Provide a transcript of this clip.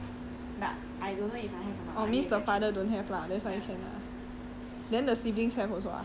ya it he have lah cause his mother have but I don't know if I have or not I may get it